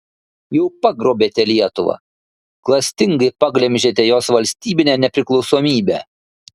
jau pagrobėte lietuvą klastingai paglemžėte jos valstybinę nepriklausomybę